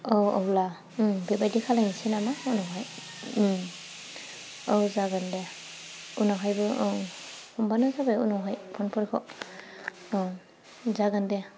औ अब्ला बेबायदि खालामनोसै नामा उनावहाय औ जागोन दे उनावबो हमबानो जाबाय उनावहाय फनफोरखौ औ जागोन दे